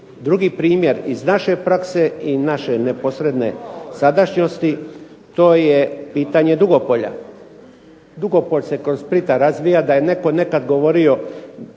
Drugi primjer je iz naše prakse i naše neposredne sadašnjosti, to je pitanje Dugopolja. Dugopolje se kod Splita razvija da je netko nekada govorio